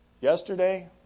yesterday